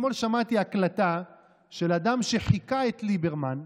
אתמול שמעתי ההקלטה של אדם שחיקה את ליברמן.